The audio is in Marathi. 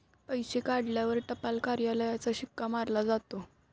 पैसे काढल्यावर टपाल कार्यालयाचा शिक्का मारला जातो